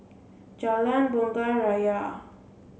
Jalan Bunga Raya